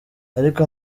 ariko